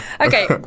Okay